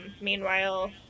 meanwhile